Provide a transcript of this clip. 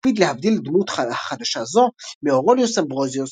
הוא מקפיד להבדיל דמות החדשה זו מאאורליוס אמברוזיוס,